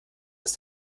dass